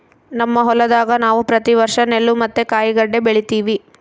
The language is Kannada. ನಮ್ಮ ಹೊಲದಾಗ ನಾವು ಪ್ರತಿ ವರ್ಷ ನೆಲ್ಲು ಮತ್ತೆ ಕಾಯಿಗಡ್ಡೆ ಬೆಳಿತಿವಿ